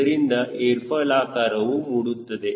ಇದರಿಂದ aerofoil ಆಕಾರವು ಮೂಡುತ್ತದೆ